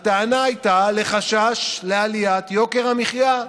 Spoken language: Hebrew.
הטענה הייתה לחשש לעליית יוקר המחיה.